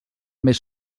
més